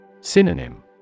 Synonym